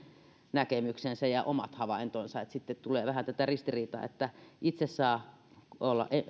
näkemyksensä ja omat havaintonsa niin että sitten tulee vähän tätä ristiriitaa että itse saa